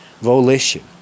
volition